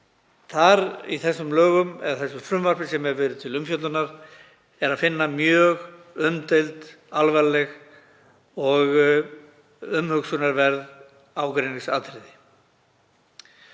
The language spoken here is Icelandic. frá árinu 2016 en í því frumvarpi sem hefur verið til umfjöllunar er að finna mjög umdeild, alvarleg og umhugsunarverð ágreiningsatriði.